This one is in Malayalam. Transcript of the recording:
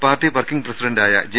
പാർട്ടി വർക്കിങ് പ്രസിഡന്റായ ജെ